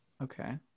Okay